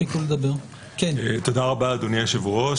תודה רבה, אדוני היושב-ראש.